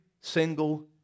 single